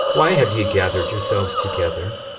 why have ye gathered yourselves together?